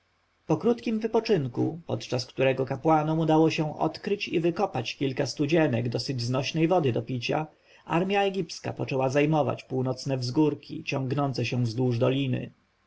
po krótkim wypoczynku podczas którego kapłanom udało się odkryć i wykopać kilka studzienek dosyć znośnej wody do picia armja egipska poczęła zajmować północne wzgórki ciągnące się wzdłuż doliny